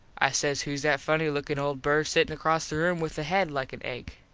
i says whose that funny lookin old bird sittin across the room with a head like an egg.